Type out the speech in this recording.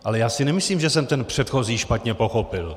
Ale já si nemyslím, že jsem ten předchozí špatně pochopil.